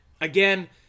again